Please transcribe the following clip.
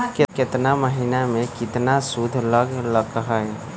केतना महीना में कितना शुध लग लक ह?